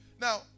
Now